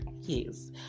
yes